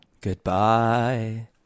Goodbye